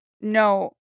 No